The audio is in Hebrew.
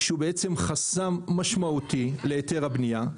שהוא בעצם חסם משמעותי להיתר הבנייה,